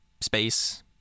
space